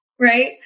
Right